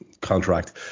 contract